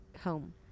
home